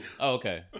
Okay